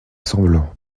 semblant